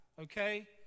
okay